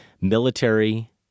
military